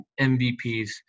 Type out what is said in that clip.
MVPs